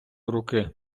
руки